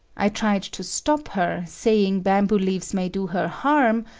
i tried to stop her, saying bamboo leaves may do her harm,